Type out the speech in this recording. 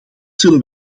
zullen